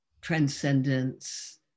transcendence